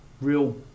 real